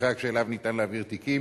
המרחק שאליו ניתן להעביר תיקים